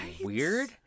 weird